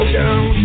down